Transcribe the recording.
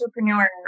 entrepreneur